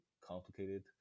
complicated